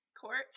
court